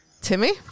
Timmy